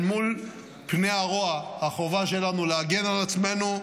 אל מול פני הרוע, החובה שלנו היא להגן על עצמנו,